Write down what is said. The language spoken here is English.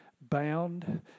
bound